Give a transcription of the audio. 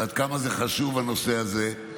ועד כמה הנושא הזה חשוב,